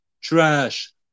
trash